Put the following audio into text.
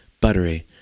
buttery